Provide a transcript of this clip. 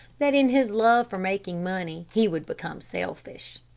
that in his love for making money, he would become selfish.